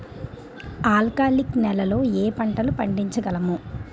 ఆల్కాలిక్ నెలలో ఏ పంటలు పండించగలము?